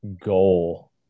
goal